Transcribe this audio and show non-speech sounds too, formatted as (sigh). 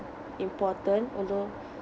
important although (breath)